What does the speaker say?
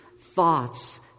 thoughts